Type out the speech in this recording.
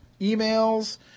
Emails